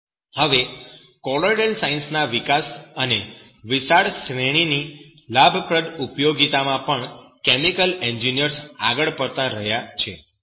હવે colloidal science ના વિકાસ અને વિશાળ શ્રેણીની લાભપ્રદ ઉપયોગીતામાં પણ કેમિકલ એન્જિનિયર્સ આગળ પડતાં રહ્યા છે